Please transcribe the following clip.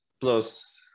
plus